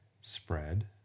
spread